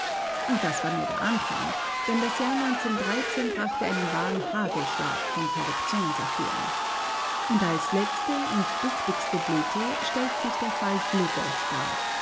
und das war nur der anfang denn das jahr brachte einen wahren hagelschlag von korruptionsaffären und als letzte und duftigste blüte stellt sich der fall dlugosz dar